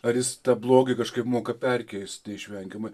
ar jis tą blogį kažkaip moka perkeisti neišvengiamai